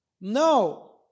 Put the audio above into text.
No